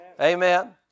Amen